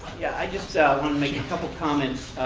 yeah. i just want to make a couple comments.